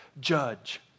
judge